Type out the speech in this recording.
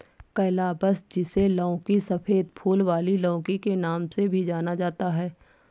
calabash, जिसे लौकी, सफेद फूल वाली लौकी के नाम से भी जाना जाता है